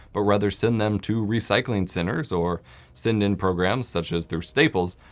but rather send them to recycling centers or send in programs such as through staples,